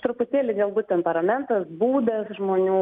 truputėlį galbūt temperamentas būdas žmonių